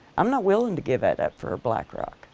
i'm not willing to give that up for a black rock.